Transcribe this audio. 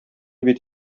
бит